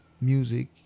music